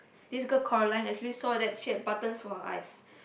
this girl Coraline actually saw that she had buttons for her eyes